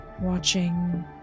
Watching